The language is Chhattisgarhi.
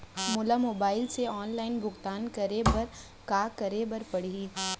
मोला मोबाइल से ऑनलाइन भुगतान करे बर का करे बर पड़ही?